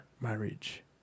marriage